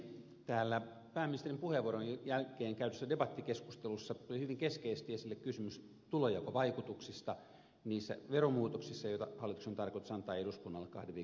täällä pääministerin puheenvuoron jälkeen käydyssä debattikeskustelussa tuli hyvin keskeisesti esille kysymys tulonjakovaikutuksista niissä veromuutoksissa joita hallituksen on tarkoitus antaa eduskunnalle kahden viikon kuluttua